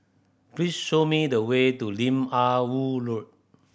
please show me the way to Lim Ah Woo Road